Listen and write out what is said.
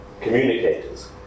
communicators